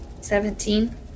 Seventeen